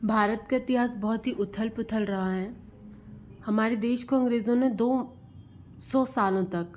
भारत के इतिहास बहुत ही उथल पुथल रहा है हमारे देश को अंग्रेज़ों ने दो सौ सालों तक